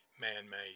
man-made